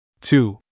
Two